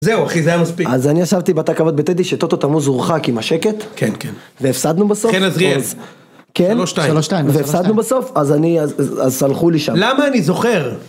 זהו אחי, זה היה מספיק. אז אני ישבתי בתא הכבוד בטדי שטוטו תמוז הורחק עם השקט. כן, כן. והפסדנו בסוף. חן עזריאל. כן 3-2.כן 3 2. והפסדנו בסוף, אז אני, אז סלחו לי שם. למה אני זוכר?